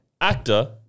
actor